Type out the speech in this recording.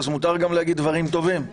אז מותר גם להגיד דברים טובים.